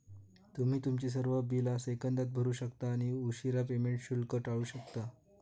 तुम्ही तुमची सर्व बिला सेकंदात भरू शकता आणि उशीरा पेमेंट शुल्क टाळू शकता